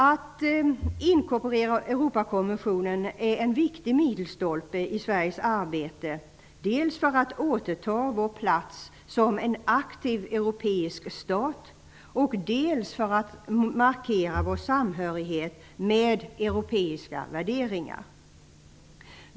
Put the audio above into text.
Att inkorporera Europakonventionen är en viktig milstolpe i Sveriges arbete dels för att återta vår plats som en aktiv europeisk stat dels för att markera vår samhörighet med europeiska värderingar.